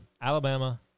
Alabama